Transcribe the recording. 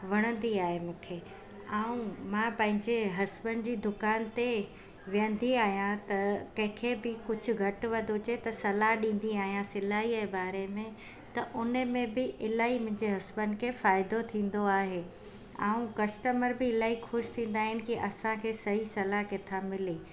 वणंदी आहे मूंखे ऐं मां पंहिंजे हस्बैंड जी दुकान ते वेहंदी आहियां त कंहिंखे बि कुझु घटि वधि हुजे त सलाह ॾींदी आहियां सिलाई जे बारे में त उनमें बि इलाही मुंहिंजे हस्बैंड खे फ़ाइदो थींदो आहे ऐं कश्टमर बि इलाही ख़ुशि थींदा आहिनि की असांखे सही सला किथां मिले